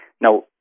Now